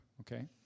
okay